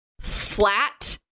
flat